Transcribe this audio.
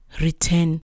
return